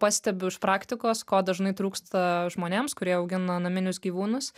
pastebiu iš praktikos ko dažnai trūksta žmonėms kurie augina naminius gyvūnus